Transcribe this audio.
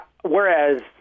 whereas